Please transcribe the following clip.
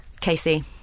Casey